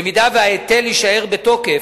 במידה שההיטל יישאר בתוקף,